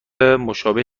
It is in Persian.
مشابه